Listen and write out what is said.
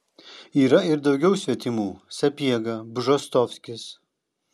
yra ir daugiau svetimų sapiega bžostovskis